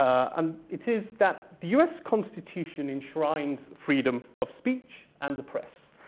um it is that the us constitution enshrines freedom of speech and the press.